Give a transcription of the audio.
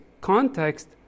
context